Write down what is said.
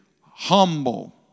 humble